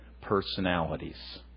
personalities